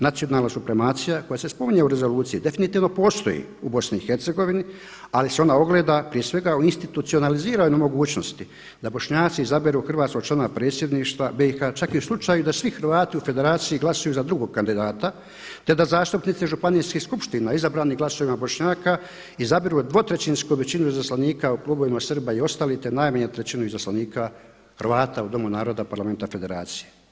Nacionalna supremacija koja se spominje u Rezoluciji definitivno postoji u BiH, ali se ona ogleda prije svega u institucionaliziranoj mogućnosti da Bošnjaci izaberu hrvatskog člana Predsjedništva BiH čak i u slučaju da svi Hrvati u Federaciji glasuju za drugog kandidata, te da zastupnici županijskih skupština izabrani glasovima Bošnjaka izaberu dvotrećinsku većinu izaslanika u klubovima Srba i ostali, te najmanje trećinu izaslanika Hrvata u Domu naroda Parlamenta Federacije.